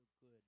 good